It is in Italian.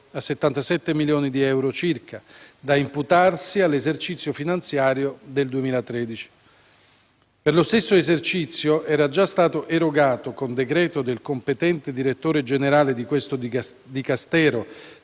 77 milioni di euro, da imputarsi all'esercizio finanziario 2013. Per lo stesso esercizio era già stato erogato, con decreto del competente direttore generale di questo Dicastero